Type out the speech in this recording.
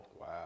Wow